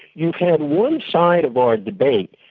you can, one side of our debate,